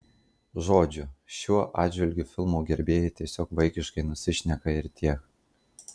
žodžiu šiuo atžvilgiu filmo gerbėjai tiesiog vaikiškai nusišneka ir tiek